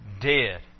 dead